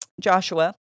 joshua